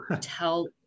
tell